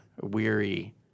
weary